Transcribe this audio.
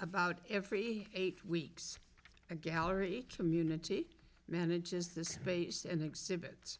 about every eight weeks a gallery community manages the space and exhibits